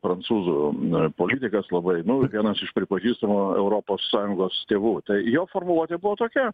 prancūzų politikas labai nu vienas iš pripažįstamų europos sąjungos tėvų tai jo formuluotė buvo tokia